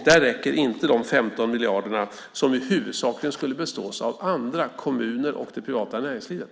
Där räcker inte de 15 miljarderna, som ju huvudsakligen skulle bestås av andra, kommuner och det privata näringslivet.